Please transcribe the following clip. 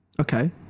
Okay